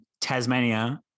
Tasmania